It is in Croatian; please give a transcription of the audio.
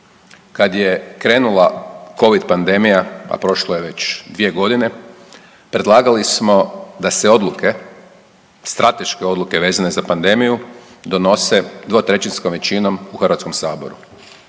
Kad je krenula covid pandemija, a prošlo je već 2.g. predlagali smo da se odluke, strateške odluke vezane za pandemiju donose dvotrećinskom većinom u HS. To se